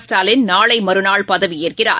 ஸ்டாலின் நாளைமறுநாள் பதவியேற்கிறார்